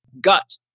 gut